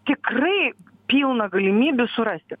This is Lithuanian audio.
tikrai pilna galimybių surasti